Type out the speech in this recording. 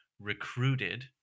recruited